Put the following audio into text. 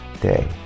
day